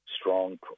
strong